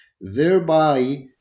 thereby